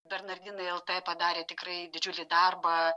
bernardinai lt padarė tikrai didžiulį darbą